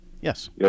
Yes